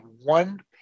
one